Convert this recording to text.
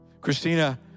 Christina